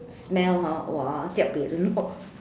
smell hor !wah! jiak buay lo